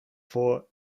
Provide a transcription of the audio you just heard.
for